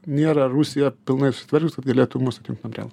nėra rusija pilnai susitvarkius kad galėtų mus atjungt nuo brelo